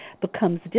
becomes